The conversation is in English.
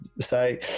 say